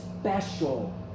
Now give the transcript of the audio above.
special